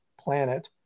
planet